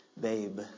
babe